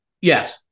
Yes